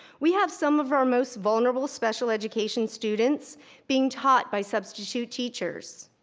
we have some of our most vulnerable special education students being taught by substitute teachers.